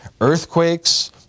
earthquakes